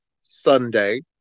Sunday